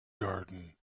garden